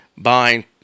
Buying